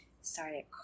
started